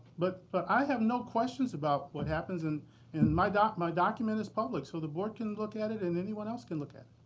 but but i have no questions about what happens. and and my ah my document is public. so the board can look at it and anyone else can look at